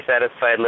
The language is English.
satisfied